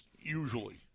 Usually